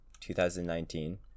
2019